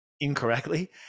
incorrectly